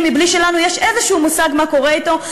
מבלי שלנו יש איזשהו מושג מה קורה אתו,